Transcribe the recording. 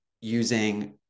using